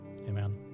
Amen